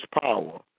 power